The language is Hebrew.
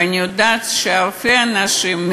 ואני יודעת שהרבה אנשים,